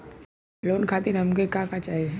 Loan खातीर हमके का का चाही?